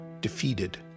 defeated